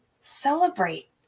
Celebrate